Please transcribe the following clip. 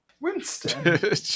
Winston